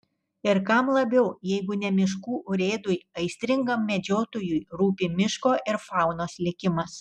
ir kam labiau jeigu ne miškų urėdui aistringam medžiotojui rūpi miško ir faunos likimas